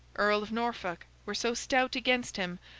earl of norfolk, were so stout against him,